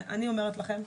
אני אומרת לכם,